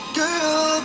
girl